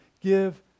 Give